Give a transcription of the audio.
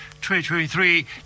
2023